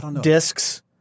discs